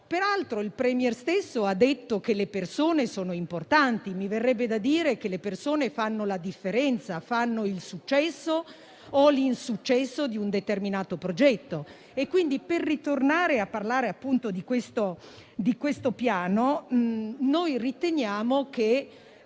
Peraltro, il *Premier* stesso ha detto che le persone sono importanti. Mi verrebbe da dire che le persone fanno la differenza, fanno il successo o l'insuccesso di un determinato progetto. Quindi, per ritornare a parlare del Piano, noi riteniamo che